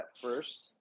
first